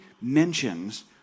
mentions